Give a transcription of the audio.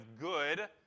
good